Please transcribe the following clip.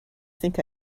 think